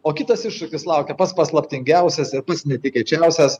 o kitas iššūkis laukia pats paslaptingiausias ir pats netikėčiausias